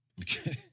Okay